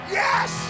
yes